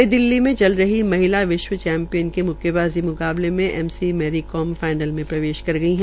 नई दिल्ली में चल रही महिला विश्व चैमिप्यनशिप के मुक्केबाज़ी मुकाबले में एम सी मेरीकॉम फाइनल में प्रवेश कर गई है